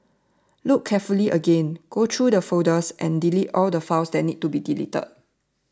look carefully again go through the folders and delete all the files that need to be deleted